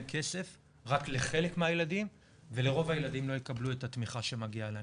כסף רק לחלק מהילדים ורוב הילדים לא יקבלו את התמיכה שמגיעה להם.